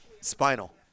spinal